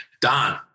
Don